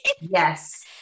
Yes